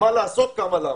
מה לעשות וכמה ולמה.